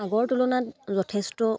আগৰ তুলনাত যথেষ্ট